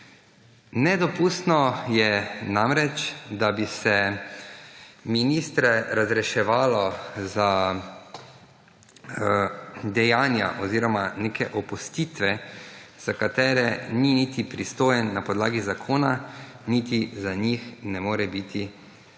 Nedopustno je namreč, da bi se ministre razreševalo za dejanja oziroma neke opustitve, za katere niti ni pristojen na podlagi zakona niti za njih ne more biti odgovoren.